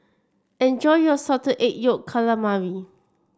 enjoy your Salted Egg Yolk Calamari